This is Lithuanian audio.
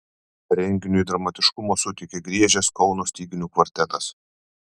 renginiui dramatiškumo suteikė griežęs kauno styginių kvartetas